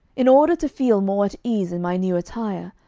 in order to feel more at ease in my new attire,